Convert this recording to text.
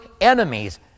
enemies